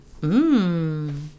Mmm